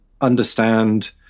understand